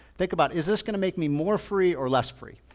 think about is this gonna make me more free or less free?